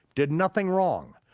did nothing wrong,